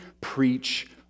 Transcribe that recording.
preach